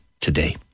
today